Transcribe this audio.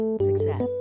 success